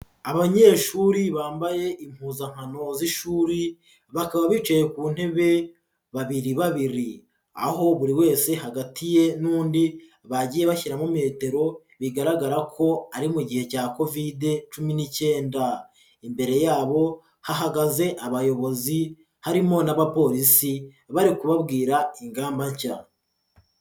Abanyeshuri bambaye impuzankano z'ishuri bakaba bicaye ku ntebe babiri babiri, aho buri wese hagati ye n'undi bagiye bashyiramo metero bigaragara ko ari mu gihe cya Kovide cumi n'icyenda, imbere yabo hahagaze abayobozi harimo n'abapolisi bari kubabwira ingamba nshya.